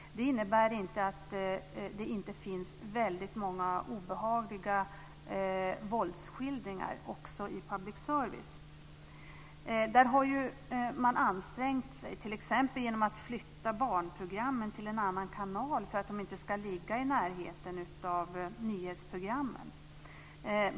Det innebär inte att det inte finns många obehagliga våldsskildringar också i public service. Man har ansträngt sig t.ex. genom att flytta barnprogrammen till en annan kanal för att de inte ska ligga i närheten av nyhetsprogrammen.